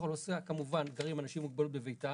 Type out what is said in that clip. האוכלוסייה כמובן גרים אנשים עם מוגבלות בביתם,